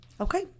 Okay